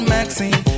Maxine